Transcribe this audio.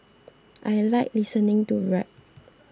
i like listening to rap